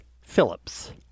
Phillips